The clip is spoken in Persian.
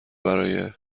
برای